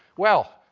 well,